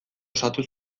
osatu